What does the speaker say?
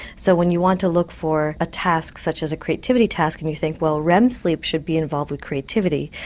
so when you want to look for a task such as a creativity task and you think, well rem sleep should be involved with creativity,